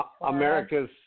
America's